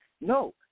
No